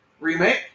Remake